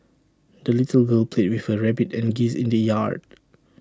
the little girl played with her rabbit and geese in the yard